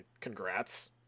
congrats